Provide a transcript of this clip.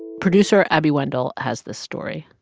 producer abby wendle has this story